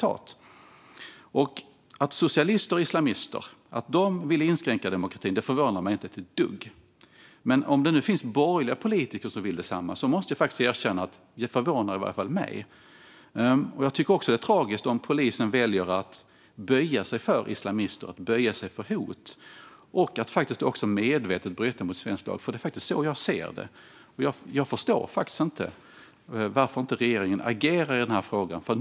Att socialister och islamister vill inskränka demokratin förvånar mig inte ett dugg, men om det nu finns borgerliga politiker som vill detsamma måste jag erkänna att det förvånar mig. Jag tycker också att det är tragiskt om polisen väljer att böja sig för islamister och för hot och väljer att faktiskt medvetet bryta mot svensk lag, för det är så jag ser det. Jag förstår inte varför regeringen inte agerar i den här frågan.